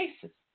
cases